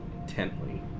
intently